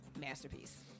masterpiece